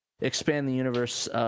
expand-the-universe